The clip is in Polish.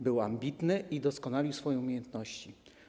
Był ambitny i doskonalił swoje umiejętności.